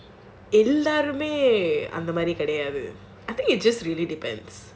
very entertained எல்லாருமே அந்த மாதிரி கெடயாது:ellorumae andha maadhiri kedayaathu I think it just really depends